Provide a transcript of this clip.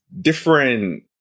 different